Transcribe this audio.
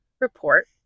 report